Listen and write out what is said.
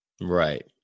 right